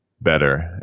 better